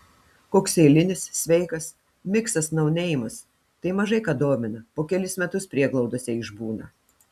koks eilinis sveikas miksas nauneimas tai mažai ką domina po kelis metus prieglaudose išbūna